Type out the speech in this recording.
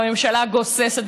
והממשלה גוססת,